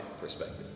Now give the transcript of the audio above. perspective